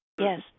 Yes